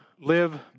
live